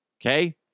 Okay